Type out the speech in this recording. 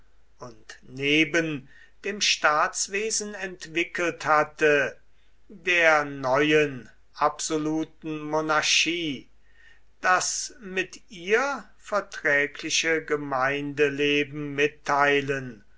und neben dem staatswesen entwickelt hatte der neuen absoluten monarchie das mit ihr verträgliche gemeindeleben mitteilen